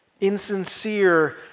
insincere